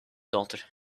daughter